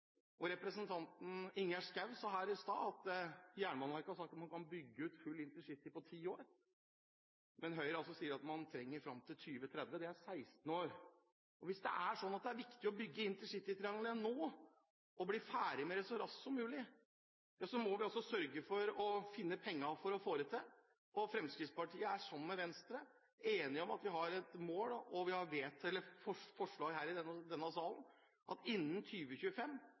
tidfeste. Representanten Ingjerd Schou sa her i sted at Jernbaneverket har sagt at man kan bygge ut full intercity på ti år. Men Høyre sier altså at man trenger tiden fram til 2030 – det er 16 år. Hvis det er sånn at det er viktig å bygge intercitytriangelet nå og bli ferdig med det så raskt som mulig, må vi sørge for å finne pengene for å få det til. Fremskrittspartiet og Venstre er enige om, og vi har som mål – vi har forslag her i denne salen – at innen